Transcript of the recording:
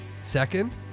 Second